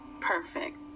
Perfect